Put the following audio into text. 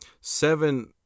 seven